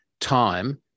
time